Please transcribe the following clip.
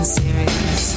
serious